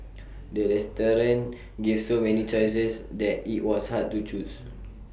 the restaurant gave so many choices that IT was hard to choose